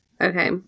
Okay